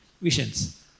visions